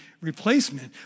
replacement